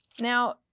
Now